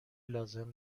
لازم